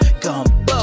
Gumbo